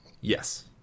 yes